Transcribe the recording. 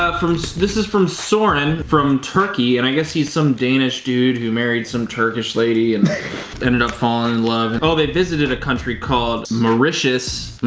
ah so this is from soren from turkey and i guess he's some danish dude who married some turkish lady and ended up fall in love oh, they visited a country called mauritius.